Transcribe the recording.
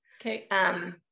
Okay